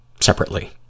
separately